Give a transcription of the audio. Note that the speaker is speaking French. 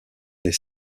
les